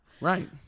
right